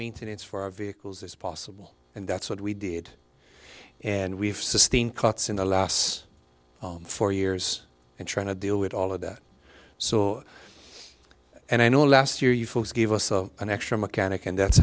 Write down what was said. maintenance for our vehicles as possible and that's what we did and we have sustained cuts in the last four years and trying to deal with all of that so and i know last year you folks gave us of an extra mechanic and that's